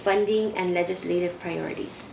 finding and legislative priorities